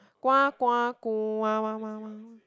kwa kwa kwa wa wa wa